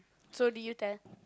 so did you tell